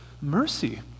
mercy